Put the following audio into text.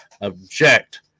object